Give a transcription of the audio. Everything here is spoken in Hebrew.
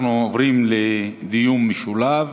אנחנו עוברים לדיון משולב